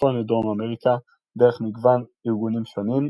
צפון ודרום אמריקה, דרך מגוון ארגונים שונים,